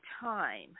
time